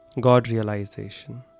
God-realization